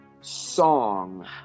song